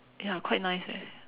ya quite nice eh